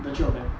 the three of them